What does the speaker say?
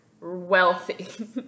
wealthy